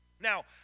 Now